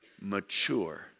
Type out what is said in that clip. mature